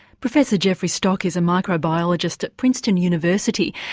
professor jeffry stock is a microbiologist at princeton university,